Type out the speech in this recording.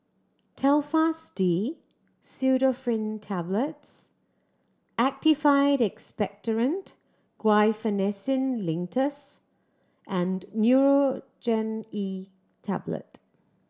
Telfast D Pseudoephrine Tablets Actified Expectorant Guaiphenesin Linctus and Nurogen E Tablet